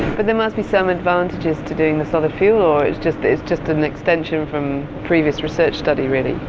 but there must be some advantages to doing the solid fuel? or it's just it's just an extension from previous research study really?